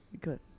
Good